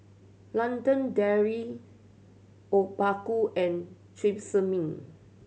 London Dairy Obaku and Tresemme